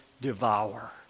devour